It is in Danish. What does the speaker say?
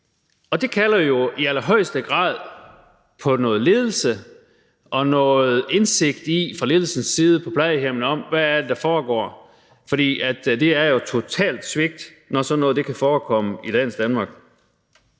og det kalder jo i allerhøjeste grad på noget ledelse og noget indsigt fra ledelsens side på plejehjemmene i, hvad det er, der foregår. For det er jo et totalt svigt, når sådan noget kan forekomme i dagens